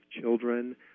children